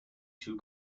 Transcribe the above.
two